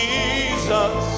Jesus